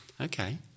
Okay